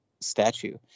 statue